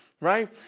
right